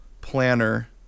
planner